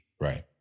Right